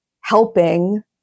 helping